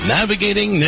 navigating